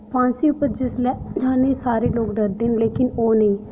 फांसी उप्पर जिसलै जाने गी सारे लोक डरदे न लेकिन ओह् नेईं